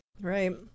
Right